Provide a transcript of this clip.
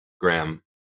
Graham